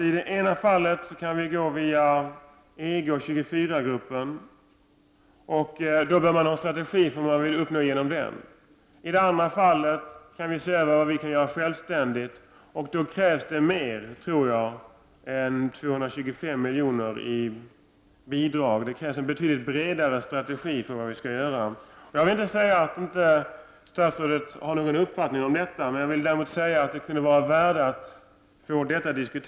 I det ena alternativet kan vi gå via EG och 24-gruppen, och då bör man ha en strategi för vad man vill uppnå genom detta. I det andra alternativet kan vi se vad vi kan göra självständigt, och då tror jag att det krävs mer än 225 milj.kr. i bidrag. Det krävs en betydligt bredare strategi för det vi skall göra. Jag vill inte säga att statsrådet inte har någon uppfattning om detta, men det kunde vara av värde att diskutera frågan.